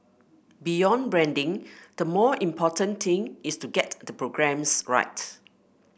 beyond branding the more important thing is to get the programmes right